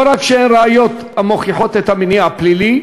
לא רק שאין ראיות המוכיחות את המניע הפלילי,